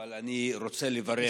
אבל אני רוצה לברך,